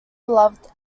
beloved